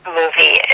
movie